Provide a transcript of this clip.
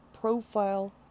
profile